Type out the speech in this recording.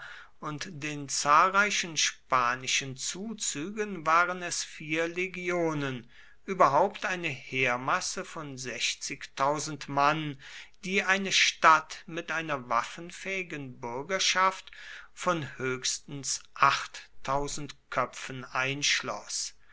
und den zahlreichen spanischen zuzügen waren es vier legionen überhaupt eine heermasse von mann die eine stadt mit einer waffenfähigen bürgerschaft von höchstens köpfen einschloß